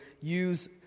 use